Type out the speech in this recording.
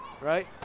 right